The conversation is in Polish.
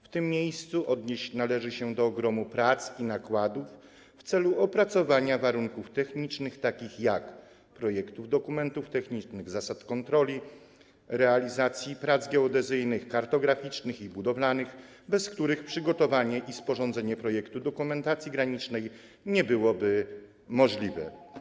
W tym miejscu odnieść się należy do ogromu prac i nakładów w celu opracowania warunków technicznych, takich jak projekty dokumentów technicznych, zasady kontroli realizacji prac geodezyjnych, kartograficznych i budowlanych, bez których przygotowanie i sporządzenie projektu dokumentacji granicznej nie byłoby możliwe.